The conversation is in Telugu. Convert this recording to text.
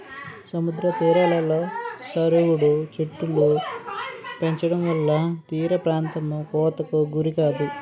సముద్ర తీరాలలో సరుగుడు చెట్టులు పెంచడంవల్ల తీరప్రాంతం కోతకు గురికాదు